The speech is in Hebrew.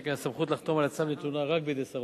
שכן הסמכות לחתום על הצו נתונה רק בידי השר,